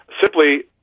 simply